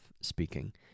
speaking